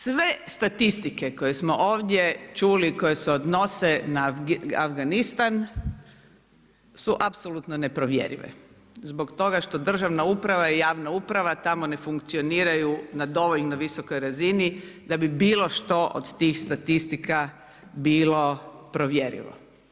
Sve statistike koje smo ovdje čuli i koje se odnose na Afganistan su apsolutno neprovjerive zbog toga što državna uprava i javna uprava tamo ne funkcioniraju na dovoljno visokoj razini da bi bilo što od tih statistika bilo provjeriv.